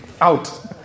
Out